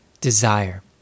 desire